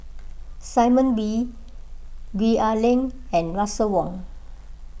Simon Wee Gwee Ah Leng and Russel Wong